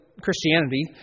Christianity